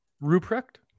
Ruprecht